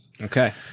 Okay